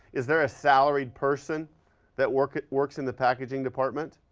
is there a salaried person that works works in the packaging department?